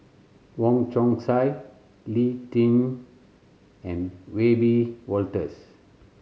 Wong Chong Sai Lee Tjin and Wiebe Wolters